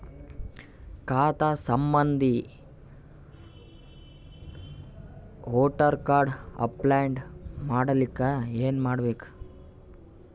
ಖಾತಾ ಸಂಬಂಧಿ voter card upload ಮಾಡಲಿಕ್ಕೆ ಏನ ಮಾಡಬೇಕು?